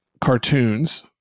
cartoons